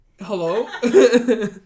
Hello